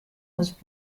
was